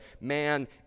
man